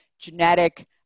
genetic